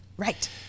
Right